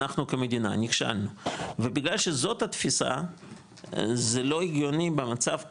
אנחנו כמדינה נכשלנו ובגלל שזאת התפיסה זה לא הגיוני במצב כזה,